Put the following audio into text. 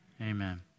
Amen